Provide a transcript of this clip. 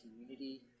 community –